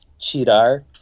tirar